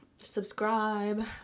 Subscribe